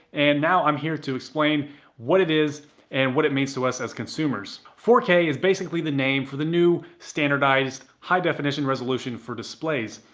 and now i'm here to explain what it is and what it means to us as consumers. four k is basically the name for the new standardized high definition resolution for displays.